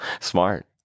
Smart